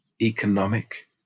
economic